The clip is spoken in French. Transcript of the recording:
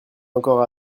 encore